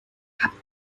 haben